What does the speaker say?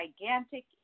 gigantic